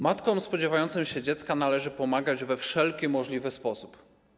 Matkom spodziewającym się dziecka należy pomagać we wszelki możliwy sposób.